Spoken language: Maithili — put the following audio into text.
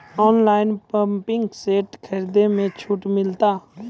ऑनलाइन पंपिंग सेट खरीदारी मे छूट मिलता?